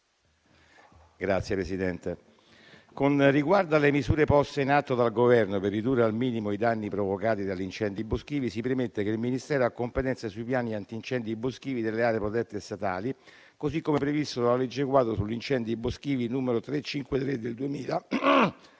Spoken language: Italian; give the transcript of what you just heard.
Signor Presidente, con riguardo alle misure poste in atto dal Governo per ridurre al minimo i danni provocati dagli incendi boschivi, si premette che il Ministero ha competenza sui piani antincendi boschivi delle aree protette statali, così come previsto dalla legge quadro sugli incendi boschivi n. 353 del 2000,